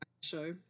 show